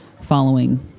following